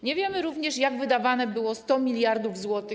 Nie wiemy również, jak wydawane było 100 mld zł.